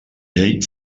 llei